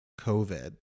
covid